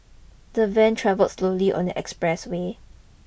the van travelled slowly on the express way